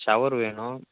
shower வேணும்